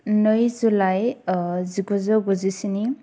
नै जुलाइ जिगुजौ गुजिस्नि